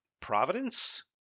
providence